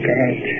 God